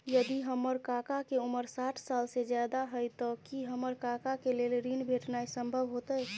यदि हमर काका के उमर साठ साल से ज्यादा हय त की हमर काका के लेल ऋण भेटनाय संभव होतय?